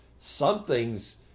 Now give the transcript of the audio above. something's